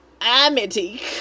Amity